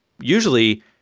usually